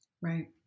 Right